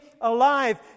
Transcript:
alive